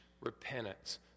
repentance